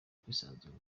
kwisanzura